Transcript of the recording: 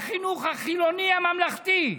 בחינוך החילוני הממלכתי,